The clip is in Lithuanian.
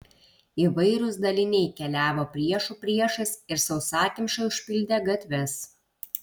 įvairūs daliniai keliavo priešų priešais ir sausakimšai užpildė gatves